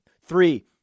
three